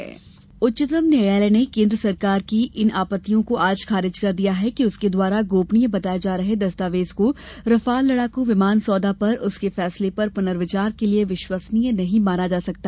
सुको रफाल उच्चतम न्यायालय ने केन्द्र सरकार की इन आपत्तियों को आज खारिज कर दिया है कि उसके द्वारा गोपनीय बताये जा रहे दस्तावेज को रफाल लडाक विमान सौदा पर उसके फैसले पर पुनर्विचार के लिए विश्वसनीय नहीं माना जा सकता